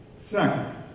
Second